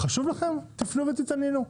חשוב לכם, תפנו ותתעניינו.